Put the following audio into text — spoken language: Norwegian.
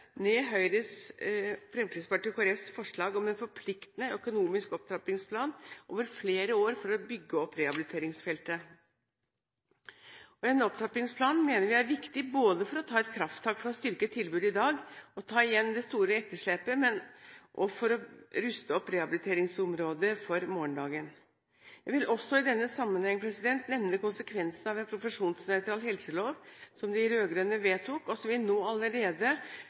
ned Høyre, Fremskrittspartiet og Kristelig Folkepartis forslag om en forpliktende økonomisk opptrappingsplan over flere år, for å bygge opp rehabiliteringsfeltet. En opptrappingsplan mener vi er viktig, både for å ta et krafttak for å styrke tilbudet i dag og ta igjen det store etterslepet, og for å ruste opp rehabiliteringsområdet for morgendagen. Jeg vil også i denne sammenhengen nevne konsekvensen av en profesjonsnøytral helselov, som de rød-grønne vedtok, og som vi allerede nå